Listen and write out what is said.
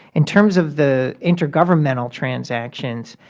in terms of the intragovernmental transactions,